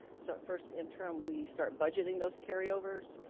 so at first interim, we start budgeting those carryovers.